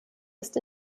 ist